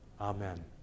Amen